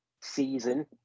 season